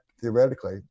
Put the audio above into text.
theoretically